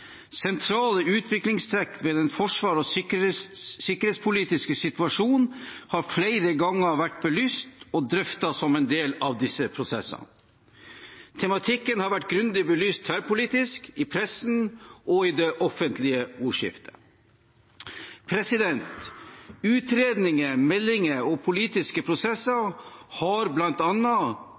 Sentrale utviklingstrekk ved den forsvars- og sikkerhetspolitiske situasjonen har flere ganger vært belyst og drøftet som en del av disse prosessene. Tematikken har vært grundig belyst tverrpolitisk, i pressen og i det offentlige ordskiftet. Utredninger, meldinger og politiske prosesser har